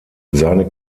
seine